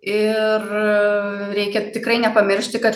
ir reikia tikrai nepamiršti kad